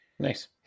Nice